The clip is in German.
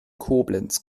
koblenz